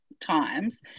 times